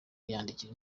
yandikira